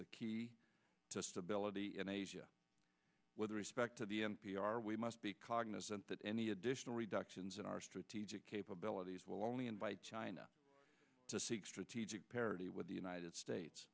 the key to stability in asia with respect to the n p r we must be cognizant that any additional reductions in our strategic capabilities will only invite china to seek strategic parity with the united states